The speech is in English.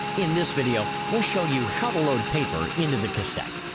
in this video, we'll show you how to load paper into the cassette.